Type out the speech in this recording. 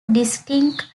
distinct